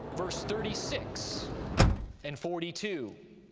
verses thirty six and forty two,